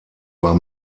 war